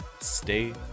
stay